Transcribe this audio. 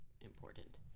important